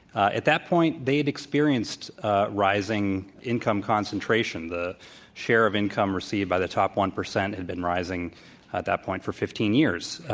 ah at that point they'd experienced rising income concentration. the share of income received by the top one percent had been rising at that point for fifteen years,